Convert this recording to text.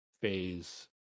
phase